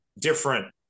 different